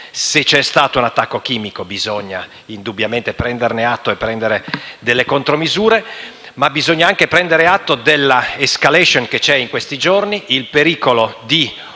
se c’è stato un attacco chimico, bisogna indubbiamente prenderne atto e adottare delle contromisure. Ma bisogna anche prendere atto dell’escalation che c’è in questi giorni e del pericolo di